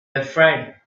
afraid